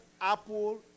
apple